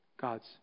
God's